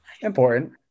Important